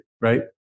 right